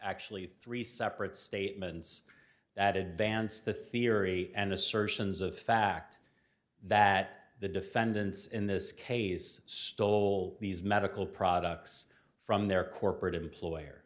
actually three separate statements that advance the theory and assertions of fact that the defendants in this case stole these medical products from their corporate employer